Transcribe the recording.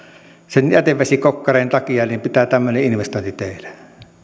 sen jätevesikokkareen takia pitää tämmöinen investointi tehdä